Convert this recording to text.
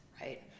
right